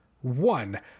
one